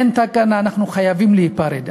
אין תקנה, אנחנו חייבים להיפרד.